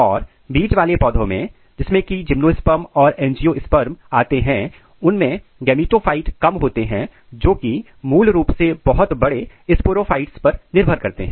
और बीज वाले पौधों में जिसमें की जिम्नोस्पर्म और एंजियोस्पर्म आते हैं उनमें गेमिटोफाइट कम होते हैं जो की मूल रूप से प्रमुख बड़े स्पोरोफिट्स पर निर्भर करते हैं